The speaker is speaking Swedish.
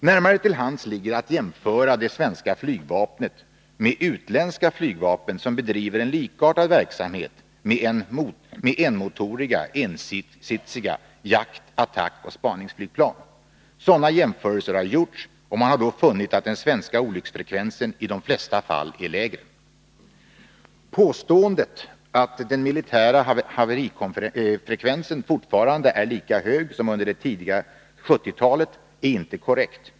Närmare till hands ligger att jämföra det svenska flygvapnet med utländska flygvapen som bedriver en likartad verksamhet med enmotoriga ensitsiga jakt-, attackoch spaningsflygplan. Sådana jämförelser har gjorts, och man har då funnit att den svenska olycksfrekvensen i de flesta fall är lägre. Påståendet att den militära haverifrekvensen fortfarande är lika hög som under det tidiga 1970-talet är inte korrekt.